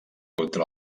contra